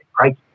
right